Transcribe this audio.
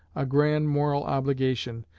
a grand moral obligation,